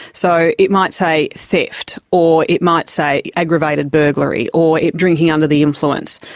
so it might say theft or it might say aggravated burglary or drinking under the influence.